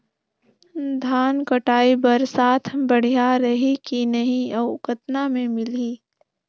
धान कटाई बर साथ बढ़िया रही की नहीं अउ कतना मे मिलही?